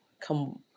come